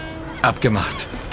Abgemacht